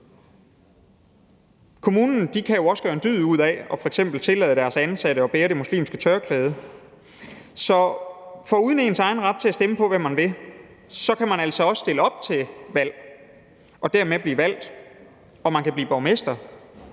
Kommunen kan jo også gøre en dyd ud af f.eks. at tillade deres ansatte at bære det muslimske tørklæde. Så foruden ens egen ret til at stemme på dem, man vil, kan man altså også stille op til valg og dermed blive valgt – og man kan blive borgmester.